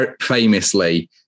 famously